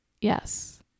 Yes